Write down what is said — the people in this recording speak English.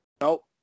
No